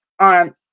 on